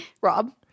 rob